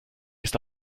ist